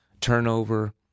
turnover